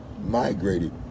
migrated